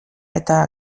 eta